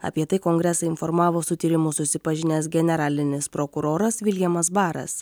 apie tai kongresą informavo su tyrimu susipažinęs generalinis prokuroras viljamas baras